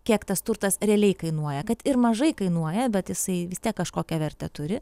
kiek tas turtas realiai kainuoja kad ir mažai kainuoja bet jisai vis tiek kažkokią vertę turi